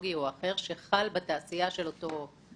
טכנולוגי או אחר - שחל בתעשייה של אותו לקוח.